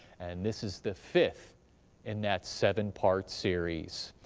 and this is the fifth in that seven part series.